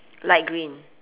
light green